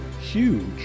huge